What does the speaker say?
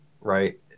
right